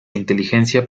inteligencia